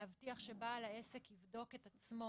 להבטיח שבעל העסק יבדוק את עצמו